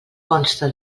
consta